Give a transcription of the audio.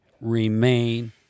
remain